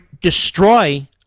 destroy